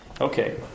Okay